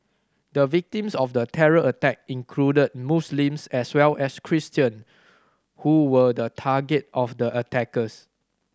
the victims of the terror attack included Muslims as well as Christian who were the target of the attackers